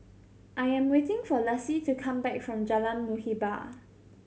I am waiting for Lassie to come back from Jalan Muhibbah